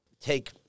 take